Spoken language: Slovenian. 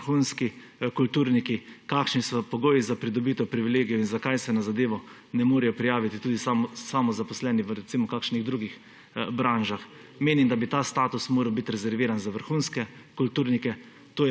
vrhunski kulturniki, kakšni so pogoji za pridobitev privilegijev in zakaj se na zadevo ne morejo prijaviti tudi samozaposleni v recimo kakšnih drugih branžah. Menim, da bi ta status moral biti rezerviran za vrhunske kulturnike.